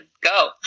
go